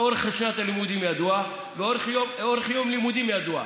אורך שנת הלימודים ידוע ואורך יום לימודים ידוע.